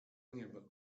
nieba